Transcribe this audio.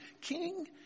King